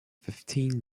fifteen